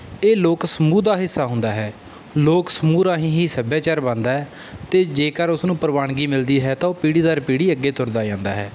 ਇਹ ਲੋਕ ਸਮੂਹ ਦਾ ਹਿੱਸਾ ਹੁੰਦਾ ਹੈ ਲੋਕ ਸਮੂਹ ਰਾਹੀਂ ਹੀ ਸੱਭਿਆਚਾਰ ਬਣਦਾ ਅਤੇ ਜੇਕਰ ਉਸ ਨੂੰ ਪ੍ਰਵਾਨਗੀ ਮਿਲਦੀ ਹੈ ਤਾਂ ਉਹ ਪੀੜ੍ਹੀ ਦਰ ਪੀੜ੍ਹੀ ਅੱਗੇ ਤੁਰਦਾ ਜਾਂਦਾ ਹੈ